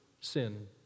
sin